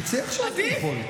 תצאי עכשיו לאכול.